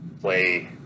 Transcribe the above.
play